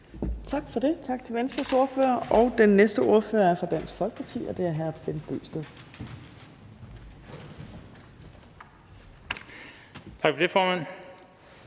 Tak for det. Tak til Venstres ordfører. Den næste ordfører er fra Dansk Folkeparti, og det er hr. Bent Bøgsted. Kl. 16:22 (Ordfører)